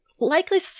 Likely